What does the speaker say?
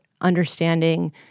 understanding